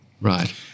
Right